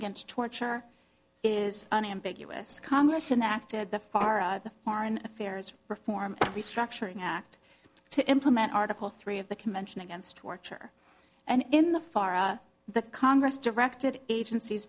against torture is unambiguous congress enacted the far out of the foreign affairs reform restructuring act to implement article three of the convention against torture and in the far the congress directed agencies